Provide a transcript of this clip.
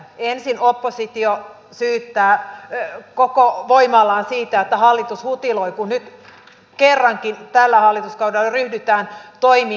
ensin oppositio syyttää koko voimallaan siitä että hallitus hutiloi kun nyt kerrankin tällä hallituskaudella ryhdytään toimiin